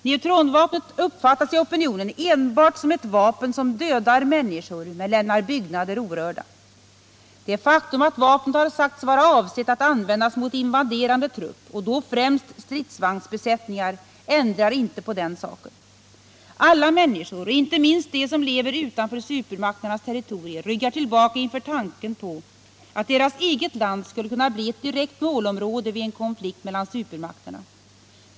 Neutronvapnet uppfattas i opinionen enbart som ett vapen som dödar människor men lämnar byggnader orörda. Det faktum att vapnet har sagts vara avsett att användas mot invaderande trupper och då främst stridsvagnsbesättningar ändrar inte på den saken. Alla människor, inte minst de som lever utanför supermakternas territorier, ryggar tillbaka inför tanken på att deras eget land skulle kunna bli ett direkt målområde vid en konflikt mellan supermakterna.